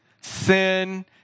sin